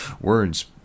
Words